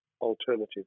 alternative